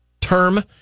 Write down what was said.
term